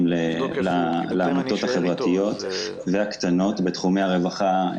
לעמותות החברתיות והקטנות בתחומי הרווחה,